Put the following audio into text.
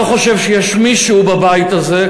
לא חושב שיש מישהו בבית הזה,